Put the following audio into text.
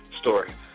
story